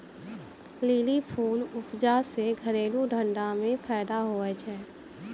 lily फूल उपजा से घरेलू धंधा मे फैदा हुवै छै